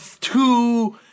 two